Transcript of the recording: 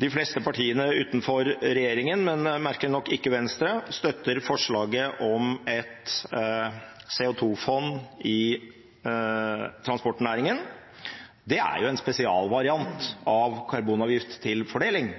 de fleste partiene utenfor regjeringen, men merkelig nok ikke Venstre, støtter forslaget om et CO 2 -fond i transportnæringen. Det er en spesialvariant av karbonavgift til fordeling,